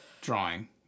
drawing